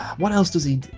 what else does he do?